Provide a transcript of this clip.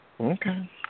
Okay